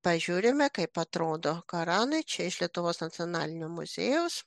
pažiūrime kaip atrodo koranai čia iš lietuvos nacionalinio muziejaus